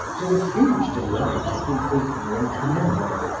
to the huge delight of the ignorant mob.